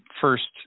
first